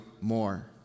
more